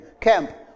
camp